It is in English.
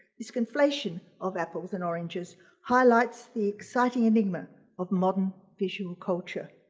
this conflation of apples and oranges highlights the exciting enigma of modern visual culture.